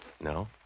No